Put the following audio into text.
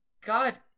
god